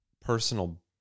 personal